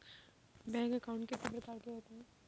Bank account कितने प्रकार के होते हैं?